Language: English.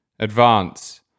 advance